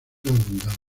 abundancia